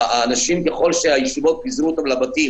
ככל שהישיבות פיזרו אותם לבתים